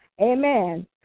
Amen